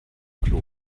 klo